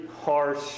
harsh